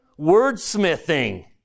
Wordsmithing